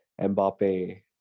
mbappe